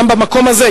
גם במקום הזה,